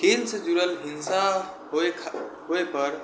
खेलसँ जुड़ल हिंसा होइ खा होइपर